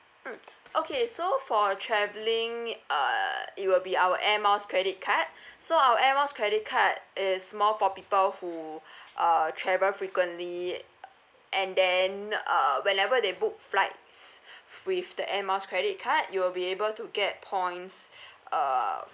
mm okay so for travelling uh it will be our air miles credit card so our air miles credit card is more for people who uh travel frequently and then uh whenever they book flights with the air miles credit card you will be able to get points uh